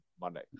Monday